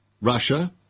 Russia